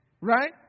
Right